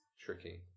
tricky